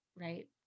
right